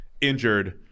injured